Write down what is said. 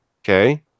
Okay